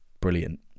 Brilliant